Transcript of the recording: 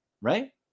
right